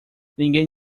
ninguém